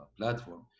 platform